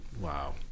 Wow